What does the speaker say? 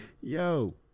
Yo